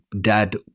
dad